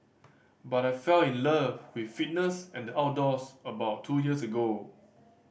but I fell in love with fitness and the outdoors about two years ago